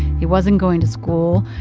he wasn't going to school.